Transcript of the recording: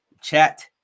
Chat